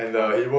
for